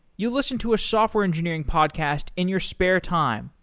you listen to a software engineering podcast in your spare time,